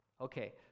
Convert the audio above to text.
Okay